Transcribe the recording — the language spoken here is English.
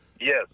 Yes